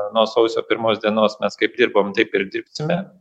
nuo sausio pirmos dienos mes kaip dirbom taip ir dirbsime